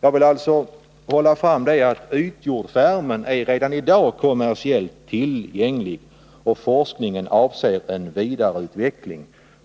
Jag vill alltså framhålla att ytjordvärmen redan i dag är kommersiellt tillgänglig och att forskningen avser en vidareutveckling.